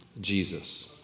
Jesus